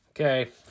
Okay